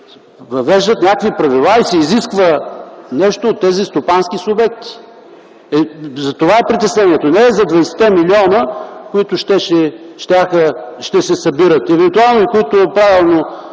въвеждат някакви правила и се изисква нещо от тези стопански субекти. Затова е притеснението. Не е за 20-те милиона, които ще се събират евентуално - правилно